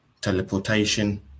teleportation